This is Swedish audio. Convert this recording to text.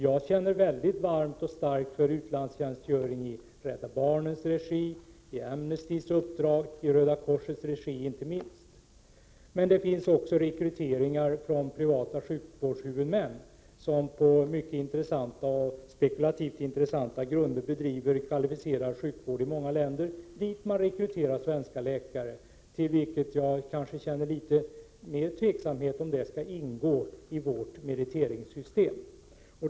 Jag känner starkt för utlandstjänstgöring i Rädda barnens, Amnesty Internationals och Röda korsets regi. Men det förekommer också att privata sjukvårdshuvudmän på spekulativt intressanta grunder bedriver kvalificerad sjukvård i många länder och till den verksamheten rekryterar svenska läkare. Jag ställer mig dock tveksam till om denna verksamhet skall ingå i vårt meriteringssystem.